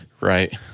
Right